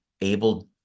able